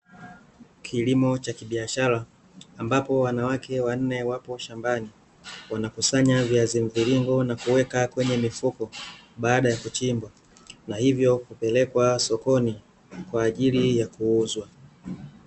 Kilimo cha kibiashara, ambapo wanawake wanne wapo shambani, wanakusanya viazi mviringo na kuweka kwenye mifuko, baada ya kuchimbwa, na hivyo kupelekwa sokoni kwa ajili ya kuuzwa.